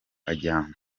ajyanwa